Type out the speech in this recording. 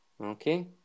Okay